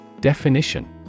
Definition